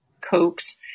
Cokes